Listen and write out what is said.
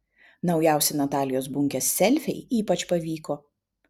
naujausi natalijos bunkės selfiai ypač pavyko